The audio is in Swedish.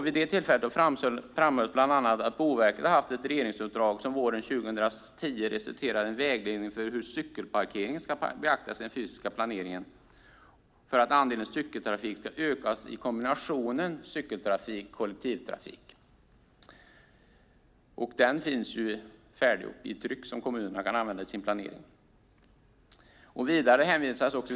Vid det tillfället framhölls bland annat att Boverket har haft ett regeringsuppdrag som våren 2010 resulterade i en vägledning för hur cykelparkeringar ska beaktas i den fysiska planeringen för att andelen cykeltrafik ska öka i kombinationen cykeltrafik-kollektivtrafik. Den finns i tryck, och den kan kommunerna använda i sin planering.